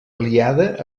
aliada